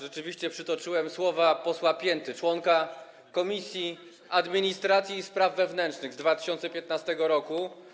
Rzeczywiście przytoczyłem słowa posła Pięty, członka Komisji Administracji i Spraw Wewnętrznych z 2015 r.